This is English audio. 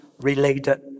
related